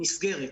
נסגרת.